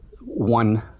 one